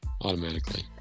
automatically